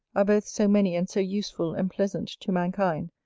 are both so many and so useful and pleasant to mankind,